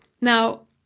Now